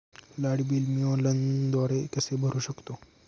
Light bill मी ऑनलाईनद्वारे कसे भरु शकतो?